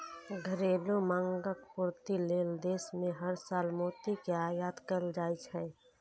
घरेलू मांगक पूर्ति लेल देश मे हर साल मोती के आयात कैल जाइ छै